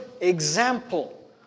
example